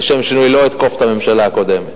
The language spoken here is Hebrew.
לשם שינוי לא אתקוף את הממשלה הקודמת.